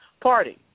party